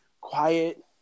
quiet